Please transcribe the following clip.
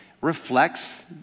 reflects